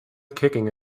kicking